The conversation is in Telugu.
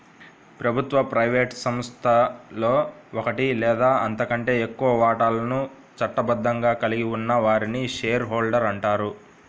ప్రభుత్వ, ప్రైవేట్ సంస్థలో ఒకటి లేదా అంతకంటే ఎక్కువ వాటాలను చట్టబద్ధంగా కలిగి ఉన్న వారిని షేర్ హోల్డర్ అంటారు